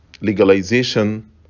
legalization